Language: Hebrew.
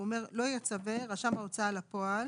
הוא אומר: "לא יצווה רשם ההוצאה לפועל